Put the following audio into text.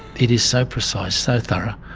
it is so precise, so thorough,